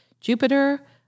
Jupiter